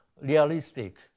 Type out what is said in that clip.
realistic